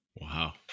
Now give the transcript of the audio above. Wow